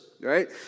right